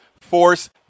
force